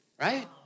right